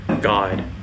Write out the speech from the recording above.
God